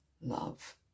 love